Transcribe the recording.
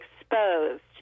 exposed